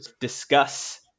discuss